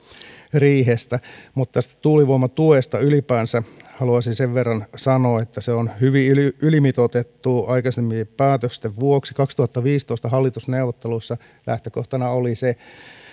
riihestä mutta tästä tuulivoiman tuesta ylipäänsä haluaisin sen verran sanoa että se on hyvin ylimitoitettua aikaisempien päätösten vuoksi kaksituhattaviisitoista hallitusneuvotteluissa lähtökohtana oli se